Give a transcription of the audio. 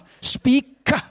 speak